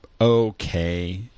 okay